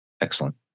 Excellent